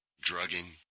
drugging